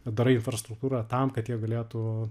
darai infrastruktūrą tam kad jie galėtų